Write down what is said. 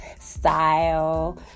style